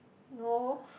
no